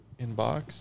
Inbox